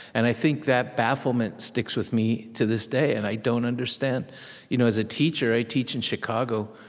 and i think that bafflement sticks with me to this day, and i don't understand you know as a teacher, i teach in chicago,